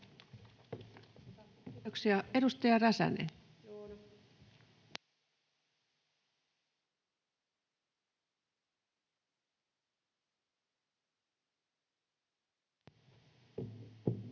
Kiitoksia. — Edustaja Räsänen. [Speech